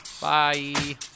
bye